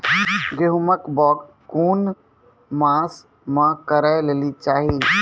गेहूँमक बौग कून मांस मअ करै लेली चाही?